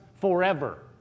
forever